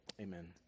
amen